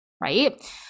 right